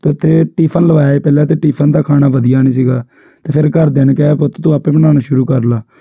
ਤਾਂ ਉੱਥੇ ਟਿਫ਼ਨ ਲਗਵਾਇਆ ਪਹਿਲਾਂ ਤਾਂ ਟਿਫ਼ਨ ਦਾ ਖਾਣਾ ਵਧੀਆ ਨਹੀਂ ਸੀਗਾ ਅਤੇ ਫੇਰ ਘਰਦਿਆਂ ਨੇ ਕਿਹਾ ਪੁੱਤ ਤੂੰ ਆਪ ਬਣਾਉਣਾ ਸ਼ੁਰੂ ਕਰ ਲਾ